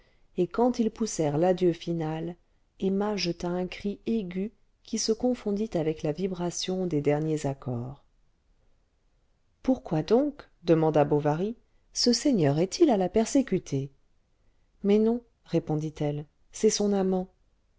et quand ils poussèrent l'adieu final emma jeta un cri aigu qui se confondit avec la vibration des derniers accords pourquoi donc demanda bovary ce seigneur est-il à la persécuter mais non répondit-elle c'est son amant